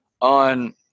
on